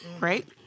right